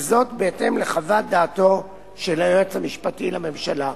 בהתאם לחוות דעתו של היועץ המשפטי לממשלה.